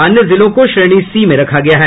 अन्य जिलों को श्रेणी सी में रखा गया है